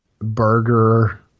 Burger